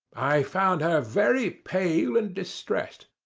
i found her very pale and distressed.